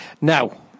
now